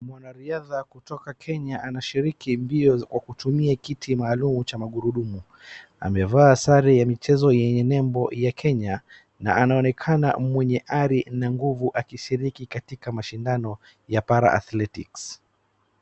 Mwanariadha kutoka Kenya anashiriki mbio kwa kutumia kiti maaalum cha magurudumu. Amevaa sare ya michezo yenye nembo ya Kenya na anaonekana mwenye ali na nguvu akishiriki katika mashindano ya Para-athletics .